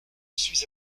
suis